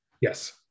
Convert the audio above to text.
Yes